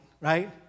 right